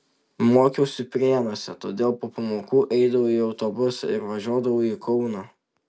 mokiausi prienuose todėl po pamokų eidavau į autobusą ir važiuodavau į kauną